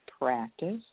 practice